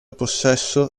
possesso